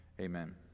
Amen